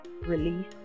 release